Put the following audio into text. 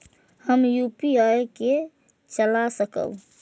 हम यू.पी.आई के चला सकब?